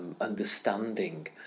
understanding